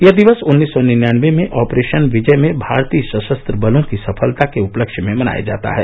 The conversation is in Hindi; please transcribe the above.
यह दिवस उन्नीस सौ निन्यानबे में ऑपरेशन विजय में भारतीय सशस्त्र बलों की सफलता के उपलक्ष्य में मनाया जाता है